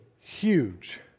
huge